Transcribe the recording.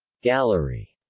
gallery